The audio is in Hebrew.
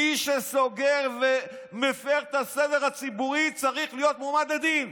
מי שסוגר ומפר את הסדר הציבורי צריך להיות מועמד לדין,